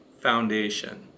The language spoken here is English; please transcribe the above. foundation